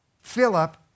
Philip